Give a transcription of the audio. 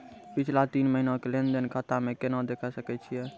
पिछला तीन महिना के लेंन देंन खाता मे केना देखे सकय छियै?